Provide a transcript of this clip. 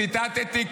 ציטטתי,